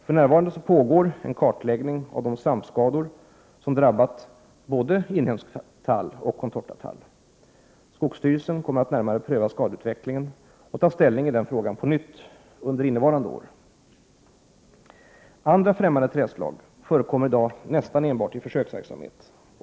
För närvarande pågår en kartläggning av de svampskador som drabbat både inhemsk tall och contortatall. Skogsstyrelsen kommer att närmare pröva skadeutvecklingen och ta ställning i frågan på nytt under innevarande år. Andra främmande trädslag förekommer i dag nästan enbart i försöksverksamhet.